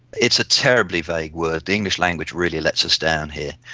it's a terribly vague word. the english language really lets us down here.